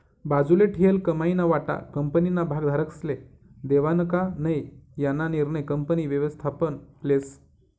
बाजूले ठीयेल कमाईना वाटा कंपनीना भागधारकस्ले देवानं का नै याना निर्णय कंपनी व्ययस्थापन लेस